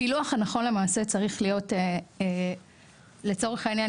הפילוח הנכון למעשה צריך להיות לצורך העניין,